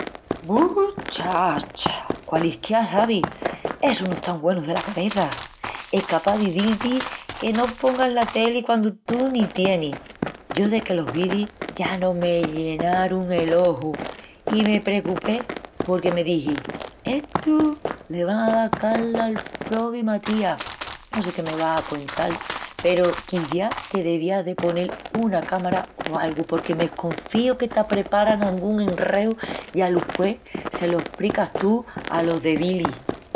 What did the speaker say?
Bu, chacha, qualisquiá sabi, essus no están güenus dela cabeça! Escapás d'izil-ti que no pongas la teli quandu tú ni tienis. Yo deque los vidi ya no m'enllenarun el oju. I me precupé, porque me dixi: estus les van a dal calda al probi Matías. No sé qué me vas a cuental peru quiciás que deviás de ponel una cámara o algu porque m'esconfíu que t'apreparan angún enreu i aluspués se lo espricas tú alos cevilis.